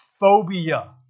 phobia